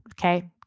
Okay